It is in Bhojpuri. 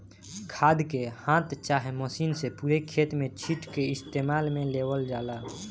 खाद के हाथ चाहे मशीन से पूरे खेत में छींट के इस्तेमाल में लेवल जाला